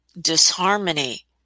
disharmony